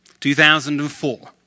2004